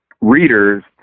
readers